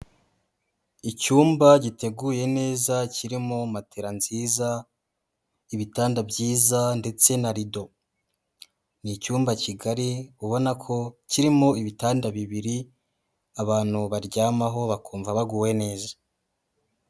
Icyumba giteguye neza kirimo matela nziza, ibitanda byiza ndetse na rido, ni icyumba kigari ubona ko kirimo ibitanda bibiri, abantu baryamaho bakumva baguwe neza.